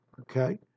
Okay